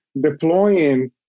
deploying